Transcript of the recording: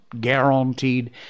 Guaranteed